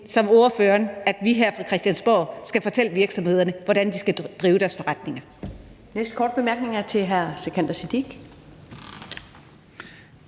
som ordføreren siger, skal fortælle virksomhederne, hvordan de skal drive deres forretninger.